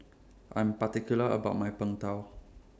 I'm particular about My Png Tao